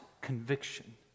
conviction